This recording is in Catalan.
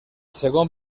segon